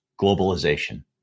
globalization